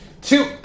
Two